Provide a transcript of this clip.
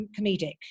comedic